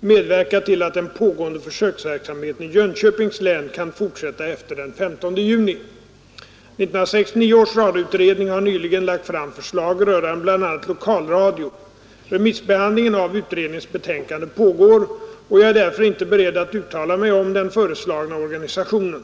medverka till att den pågående försöksverksamheten i Jönköpings län kan fortsätta efter den 15 juni. 1969 års radioutredning har nyligen lagt fram förslag rörande bl.a. lokalradio. Remissbehandlingen av utredningens betänkande pågår och jag är därför inte beredd att uttala mig om den föreslagna organisationen.